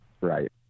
right